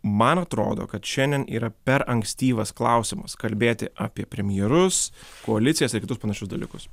man atrodo kad šiandien yra per ankstyvas klausimas kalbėti apie premjerus koalicijas ir kitus panašius dalykus